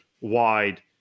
wide